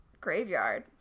graveyard